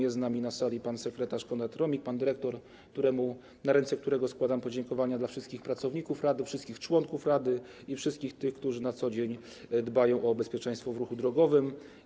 Jest z nami na sali pan sekretarz Konrad Romik, pan dyrektor, na ręce którego składam podziękowania dla wszystkich pracowników rady, wszystkich członków rady i wszystkich tych, którzy na co dzień dbają o bezpieczeństwo w ruchu drogowym.